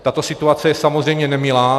Tato situace je samozřejmě nemilá.